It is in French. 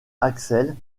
axel